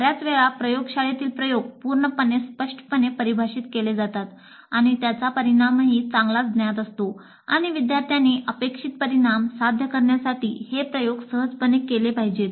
बर्याच वेळा प्रयोगशाळेतील प्रयोग पूर्णपणे स्पष्टपणे परिभाषित केले जातात आणि त्याचा परिणामही चांगलाच ज्ञात असतो आणि विद्यार्थ्यांनी अपेक्षित परिणाम साध्य करण्यासाठी हे प्रयोग सहजपणे केले पाहिजेत